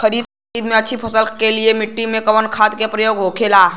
खरीद के अच्छी फसल के लिए मिट्टी में कवन खाद के प्रयोग होखेला?